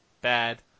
bad